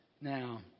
Now